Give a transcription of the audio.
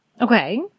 Okay